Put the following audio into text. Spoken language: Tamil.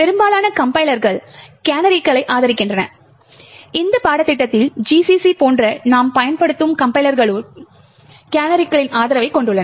பெரும்பாலான கம்பைலர்கள் கேனரிகளை ஆதரிக்கின்றன இந்த பாடத்திட்டத்தில் GCC போன்ற நாம் பயன்படுத்தும் கம்பைலர்களும் கேனரிக்களின் ஆதரவைக் கொண்டுள்ளன